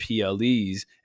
PLEs